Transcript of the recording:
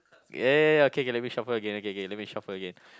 ya ya ya okay K let me shuffle again okay K let me shuffle again